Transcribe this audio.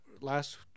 last